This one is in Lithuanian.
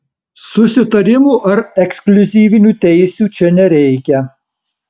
susitarimų ar ekskliuzyvinių teisių čia nereikia